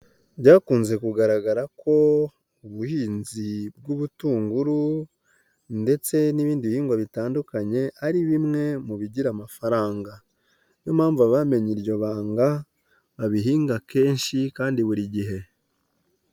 Byakunze kugaragara ko ubuhinzi bw'ubutunguru, ndetse n'ibindi bihingwa bitandukanye ari bimwe mu bigira amafaranga. Niyo mpamvu abamenye iryo banga, babihinga kenshi kandi buri gihe.